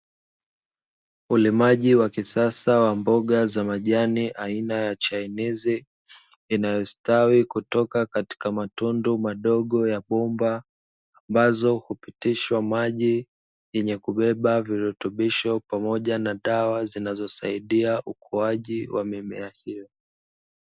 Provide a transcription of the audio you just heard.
Ulimaji wa kisasa wa mboga za majani aina ya chainizi inayostawi kutoka katika matundu madogo ya bomba ambazo hupitishwa maji yenye kubeba virutubisho pamoja na dawa zinazosaidia ukuaji wa mimea hiyo.